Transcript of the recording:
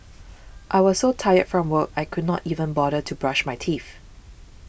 I was so tired from work I could not even bother to brush my teeth